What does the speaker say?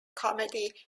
comedy